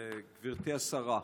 גברתי השרה,